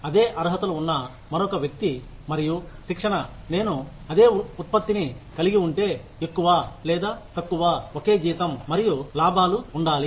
అదే అర్హతలు ఉన్న మరొక వ్యక్తి మరియు శిక్షణ నేను అదే ఉత్పత్తిని కలిగి ఉంటే ఎక్కువ లేదా తక్కువ ఒకే జీతం మరియు లాభాలు ఉండాలి